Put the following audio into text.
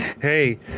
hey